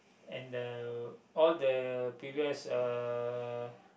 and the all the previous uh